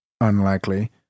unlikely